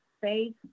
faith